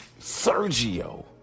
Sergio